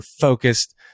focused